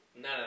no